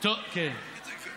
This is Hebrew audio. אתה תוכל לדבר